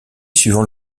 suivant